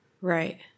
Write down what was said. Right